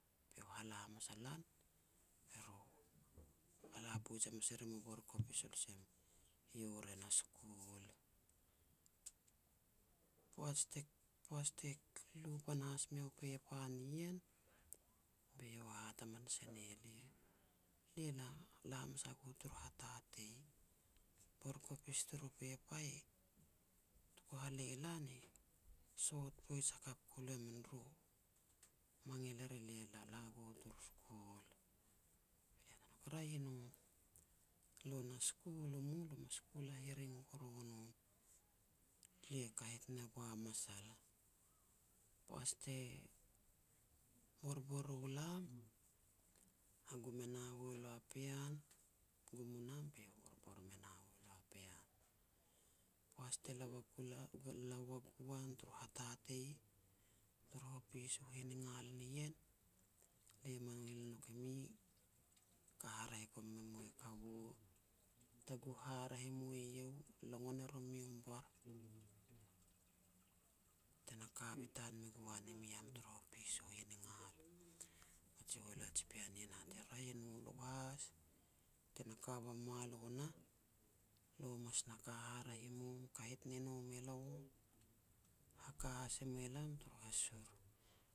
be iau hala hamas a lan, be ru hala poij hamas e rim u bor kopis olsem, iau ra na school. Poaj te-Poaj te lu panahas meiau pepa nien, be iau hat hamanas e ne lia. Lia la-la hamas a gu turu hatatei. Bor kopis turu pepa e, tuku halei lan e sot poij hakap ku lu e man, ru mangil er elia ka la turu skul. Be lia hat ne nouk, raeh e no, lo na skul u mu lo mas skul hariring kuru nom, lia kahet ne gua masal. Poaj te borbor u lam, hagum e na hualu a pean, gum u nam be iau e borbor me na hualu a pean. Poaj te la wa gul, la wa gu an turu hatatei turu hopis u hiningal nien, le mangil nouk e mi, ka haraeh gon me mue kaua. Taguh haraeh mue iau, longon e romi u bor, tena ka bitan me gu an e mi turu hopis u hiningal. Ba ji hualu a ji pean nien e hat er, raeh e no, lo has, tena ka ua mualo nah, lo mas na ka haraeh i mu, kahet ne nom elo. Haka has e mua lam turu hasur